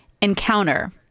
encounter